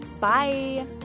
Bye